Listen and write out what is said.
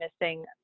missing